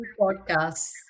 podcasts